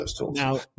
Now